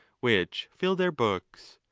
which fill their books.